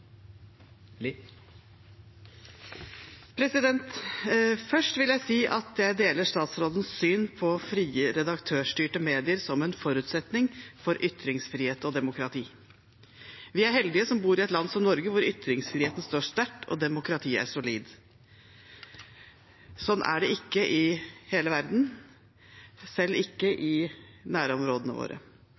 Først vil jeg si at jeg deler statsrådens syn på frie, redaktørstyrte medier som en forutsetning for ytringsfrihet og demokrati. Vi er heldige som bor i et land som Norge, hvor ytringsfriheten står sterkt og demokratiet er solid. Sånn er det ikke i hele verden, selv ikke i nærområdene våre.